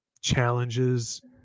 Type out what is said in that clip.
challenges